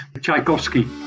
Tchaikovsky